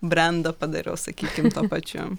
brendą padariau sakykim tuo pačiu